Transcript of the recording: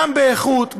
גם באיכות,